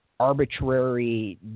arbitrary